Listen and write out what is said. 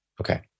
Okay